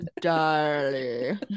Darling